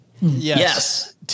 Yes